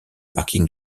parking